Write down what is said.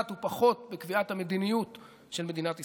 ופחות בקביעת המדיניות של מדינת ישראל.